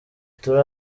turi